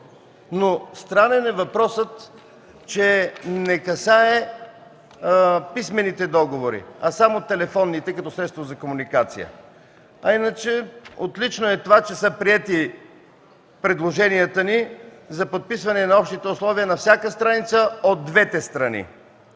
но странен е въпросът, че това не касае писмените договори, а само телефонните, като средство за комуникация. Иначе, отлично е това, че са приети предложенията ни за подписване на общите условия на всяка страница от двете страни.